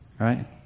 Right